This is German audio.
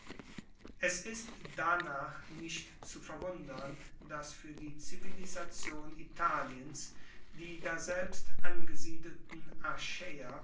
es ist danach nicht zu verwundern dass fuer die zivilisation italiens die daselbst angesiedelten